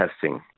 testing